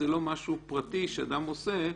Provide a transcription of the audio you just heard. זה לא משהו פרטי שאדם עושה,